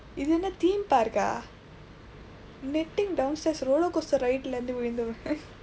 இது என்ன:ithu enna theme park ah netting downstairs roller coaster ride-lae விழுந்த:vizhundtha